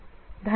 धन्यवाद